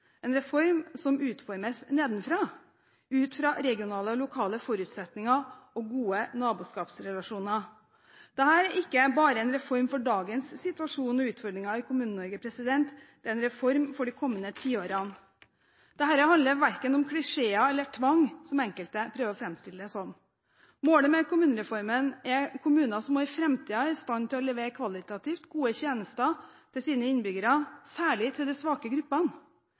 en reform som utformes nedenfra ut fra regionale og lokale forutsetninger og gode naboskapsrelasjoner. Dette er ikke bare en reform for dagens situasjon og utfordringer i Kommune-Norge, det er en reform for de kommende tiårene. Dette handler verken om klisjeer eller tvang, som enkelte prøver å framstille det som. Målet med kommunereformen er kommuner som også i framtiden er i stand til å levere kvalitativt gode tjenester til sine innbyggere, særlig til de svake gruppene,